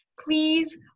please